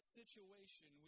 situation